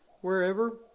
wherever